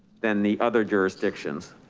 than the other jurisdictions.